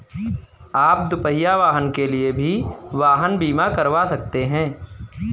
आप दुपहिया वाहन के लिए भी वाहन बीमा करवा सकते हैं